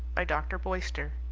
by dr. boyster,